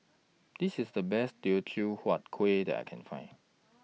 This IS The Best Teochew Huat Kueh that I Can Find